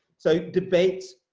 so debates